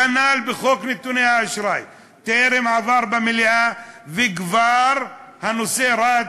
כנ"ל בחוק נתוני האשראי: טרם עבר במליאה וכבר הנושא רץ,